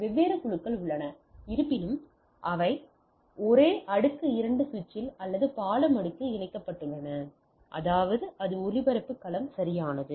எனவே வெவ்வேறு குழுக்கள் உள்ளன இருப்பினும் அவை ஒரே அடுக்கு 2 சுவிட்சில் அல்லது பாலம் அடுக்கில் இணைக்கப்பட்டுள்ளன அதாவது அதே ஒளிபரப்பு களம் சரியானது